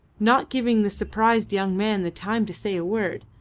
not giving the surprised young man the time to say a word.